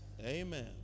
Amen